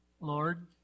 Lord